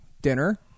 Dinner